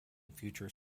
future